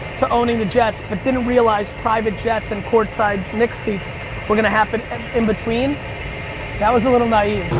to owning the jets, but didn't realize private jets and court side knicks seats were gonna happen in-between that was a little naive.